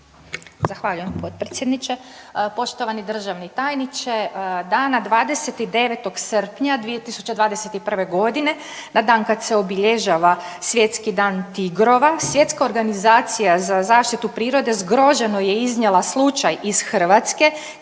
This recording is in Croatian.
Zahvaljujem potpredsjedniče. Poštovani državni tajniče, dana 29. srpnja 2021. godine na dan kad se obilježava svjetski dan tigrova, Svjetska organizacija za zaštitu prirode zgroženo je iznijela slučaj iz Hrvatske